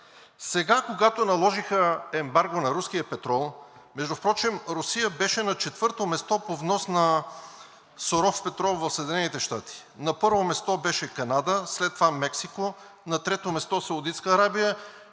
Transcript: Сега, когато наложиха ембарго на руския петрол – между впрочем Русия беше на четвърто място по внос на суров петрол в Съединените щати – на първо място беше Канада, след това Мексико, на трето място Саудитска арабия,